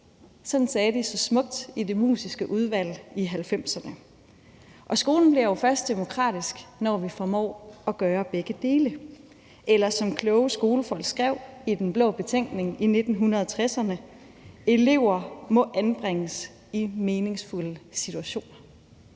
Sådan sagde de så smukt i Det Musiske Udvalg i 1990'erne. Skolen bliver jo først demokratisk, når vi formår at gøre begge dele. Eller som kloge skolefolk skrev i Den Blå Betænkning i 1960'erne: Elever må anbringes i meningsfulde situationer.